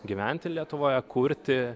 gyventi lietuvoje kurti